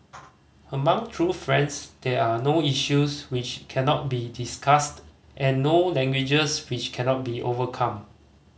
among true friends there are no issues which cannot be discussed and no languages which cannot be overcome